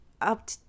up